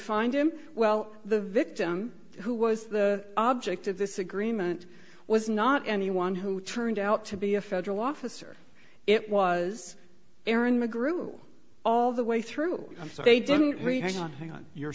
find him well the victim who was the object of this agreement was not anyone who turned out to be a federal officer it was aaron mcgruder all the way through so they didn't really hang on hang on you're